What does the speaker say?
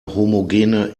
homogene